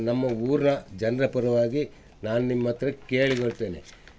ನಮ್ಮ ಊರಿನ ಜನರ ಪರವಾಗಿ ನಾನು ನಿಮ್ಮ ಹತ್ರ ಕೇಳಿಕೊಳ್ತೇನೆ